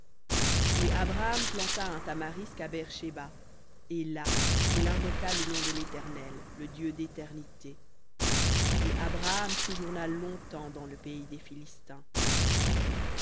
et planta un tamarisc à beër shéba et là il invoqua le nom de l'éternel le dieu déternité et abraham séjourna longtemps dans le pays des philistins